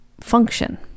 Function